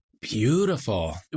Beautiful